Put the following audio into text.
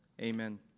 Amen